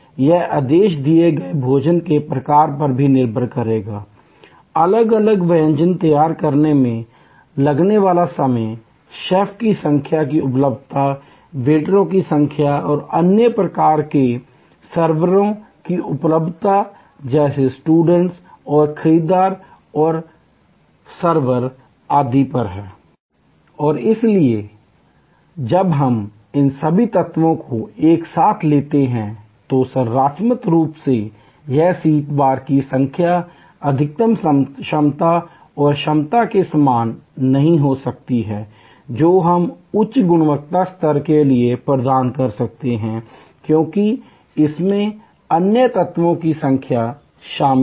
यह आदेश दिए गए भोजन के प्रकार पर निर्भर करेगा अलग अलग व्यंजन तैयार करने में लगने वाला समय शेफ की संख्या की उपलब्धता वेटरों की संख्या और अन्य प्रकार के सर्वरों की उपलब्धता जैसे स्टूवर्स और खिदमतगार स्टूवर्स और परोसनेवाला सर्वरI और इसलिए जब हम इन सभी तत्वों को एक साथ लेते हैं तो संरचनात्मक रूप से सीट वार की संख्या अधिकतम क्षमता उस क्षमता के समान नहीं हो सकती है जो हम उच्च गुणवत्ता स्तर के लिए प्रदान कर सकते हैं क्योंकि इसमें अन्य तत्वों की संख्या शामिल है